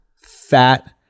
fat